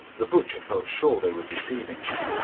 the butcher felt sure they were deceiving him,